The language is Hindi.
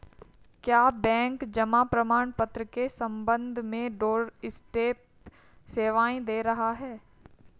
क्या बैंक जमा प्रमाण पत्र के संबंध में डोरस्टेप सेवाएं दे रहा है?